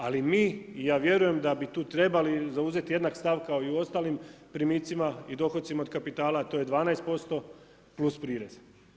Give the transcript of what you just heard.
Ali mi i ja vjerujem da bi tu trebali zauzeti jednak stav kao i u ostalim primicima i dohocima od kapitala a to je 12% plus prirez.